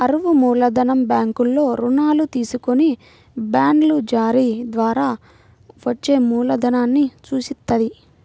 అరువు మూలధనం బ్యాంకుల్లో రుణాలు తీసుకొని బాండ్ల జారీ ద్వారా వచ్చే మూలధనాన్ని సూచిత్తది